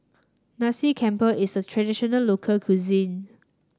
Nasi Campur is a traditional local cuisine